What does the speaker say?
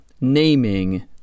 naming